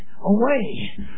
away